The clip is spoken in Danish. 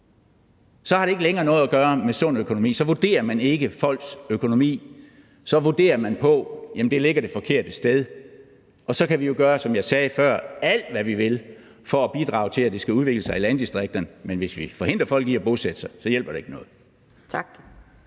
Så har det ikke længere noget at gøre med sund økonomi; så vurderer man ikke folks økonomi – så vurderer man, at det ligger det forkerte sted, og så kan vi jo, som jeg sagde før, gøre alt, hvad vi vil, for at bidrage til, at landdistrikterne skal udvikle sig, men hvis vi forhindrer folk i at bosætte sig der, så hjælper det ikke noget. Kl.